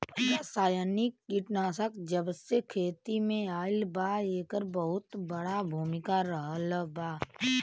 रासायनिक कीटनाशक जबसे खेती में आईल बा येकर बहुत बड़ा भूमिका रहलबा